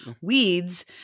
weeds